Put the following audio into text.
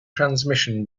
transmission